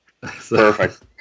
Perfect